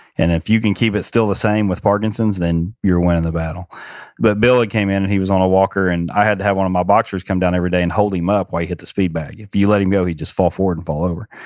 if you can keep it still the same with parkinson's, then you're winning the battle but bill ah had in and he was on a walker and i had to have one of my boxers come down every day and hold him up while he hit the speed bag. if you let him go, he'd just fall forward and fall over.